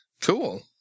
cool